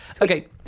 Okay